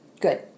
Good